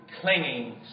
clinging